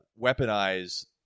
weaponize